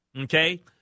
Okay